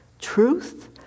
truth